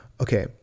Okay